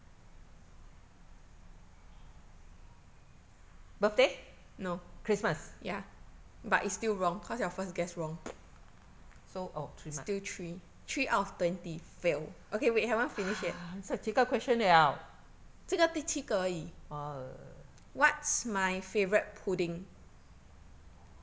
birthday christmas so oh three marks 现在几个 question 了 oh ugh